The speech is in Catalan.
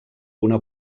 una